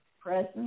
present